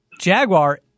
Jaguar –